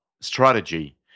strategy